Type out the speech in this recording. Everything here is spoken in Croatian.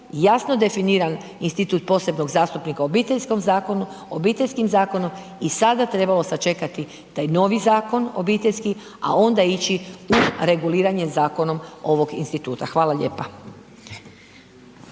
jasno definiran institut posebnog zastupnika Obiteljskim zakonom i sada trebalo sačekati taj novi zakon obiteljski, a onda ići u reguliranje zakonom ovog instituta. Hvala lijepa.